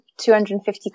250